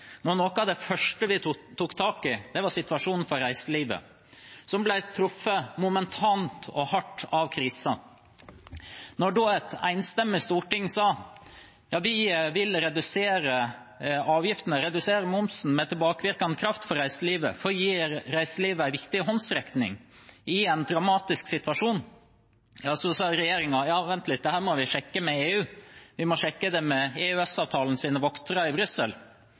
det første vi tok tak i, var situasjonen for reiselivet, som ble truffet momentant og hardt av krisen. Da et enstemmig storting sa at vi vil redusere avgiftene og redusere momsen med tilbakevirkende kraft for reiselivet for å gi reiselivet en viktig håndsrekning i en dramatisk situasjon, sa regjeringen: Vent litt, dette må vi sjekke med EU – vi må sjekke det med EØS-avtalens voktere i Brussel.